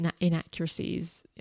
inaccuracies